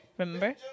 Remember